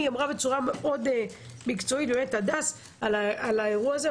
הדס אמרה בצורה מאוד מקצועית על האירוע הזה.